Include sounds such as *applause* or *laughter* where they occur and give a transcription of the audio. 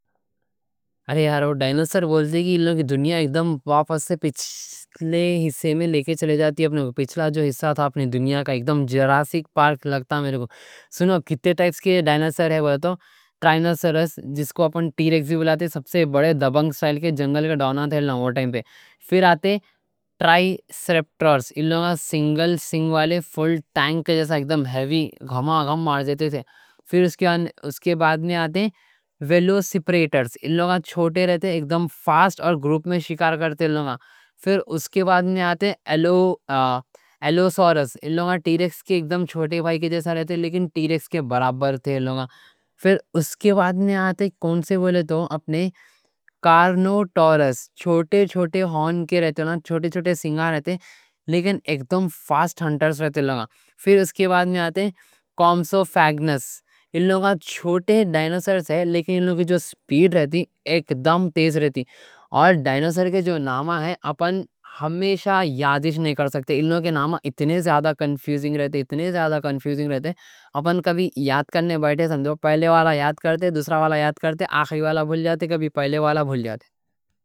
ارے یارو ڈائنوسر بولتے ہیں کہ ان لوگا دنیا اکدم واپس سے پچھلے حصے میں لے کے چلے جاتی. *hesitation* پچھلا جو حصہ تھا اپنے دنیا کا اکدم جراسک پارک لگتا میرے کو. سنو کتے ٹائپس کے ڈائنوسر ہے تو ٹرائنوسرس جس کو اپن ٹی ریکس بولاتے، سب سے بڑے دبنگ اسٹائل کے جنگل کا ڈاؤنا تھے لہنو وہ ٹائم پہ. پھر آتے ٹرائی سیراٹوپس، ان لوگا سنگل سنگ والے فل ٹینک جیسا اکدم ہیوی گھما گھما مار جاتے تھے. پھر اس کے بعد میں آتے ویلاسیرپٹرز، ان لوگا چھوٹے رہتے، اکدم فاسٹ اور گروپ میں شکار کرتے ان لوگا. پھر اس کے بعد میں آتے الو سورس، ان لوگا ٹی ریکس کے اکدم چھوٹے بھائی کے جیسا رہتے لیکن ٹی ریکس کے برابر تھے ان لوگا. پھر اس کے بعد میں آتے کون سے بولتے ہو اپنے کارنوٹورس، چھوٹے چھوٹے ہارن کے رہتے، چھوٹے چھوٹے سنگا رہتے لیکن اکدم فاسٹ ہنٹرز رہتے لوگا. پھر اس کے بعد میں آتے کومسو فیگنس، ان لوگا چھوٹے ڈائنوسر ہے لیکن ان لوگا جو سپیڈ رہتی اکدم تیز رہتی. اور ڈائنوسر کے جو نام ہے اپن ہمیشہ یادش نہیں کر سکتے. ان لوگا کے نام اتنے زیادہ کنفیوزنگ رہتے، اتنے زیادہ کنفیوزنگ رہتے. اپن کبھی یاد کرنے بیٹھے سنجو پہلے والا یاد کرتے، دوسرا والا یاد کرتے، آخری والا بھل جاتے، کبھی پہلے والا بھل جاتے.